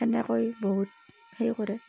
সেনেকৈ বহুত সেই কৰে